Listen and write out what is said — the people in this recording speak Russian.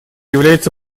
является